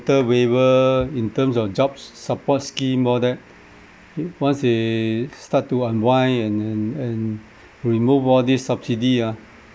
waiver in terms of jobs support scheme all that once they start to unwind and and and remove all this subsidy ah